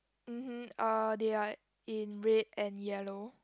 mmhmm uh they are in red and yellow